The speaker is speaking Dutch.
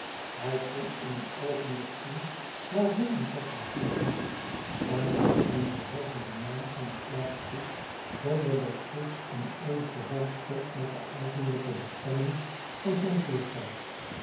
hij kon in een oogenblik zien waarheen een passagier moest en riep hem derhalve den naam van die plaats toe zonder dat zulks in eenig verband stond met de eigenlijke bestemming van zijn voertuig